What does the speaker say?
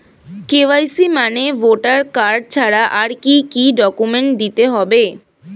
KYC মানে voter card ছাড়া আর কি কি ডকুমেন্ট দিতে হবে?